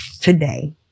today